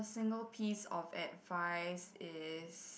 single piece of advice is